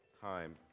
time